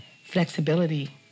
Flexibility